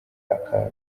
akaga